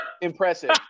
impressive